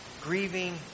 grieving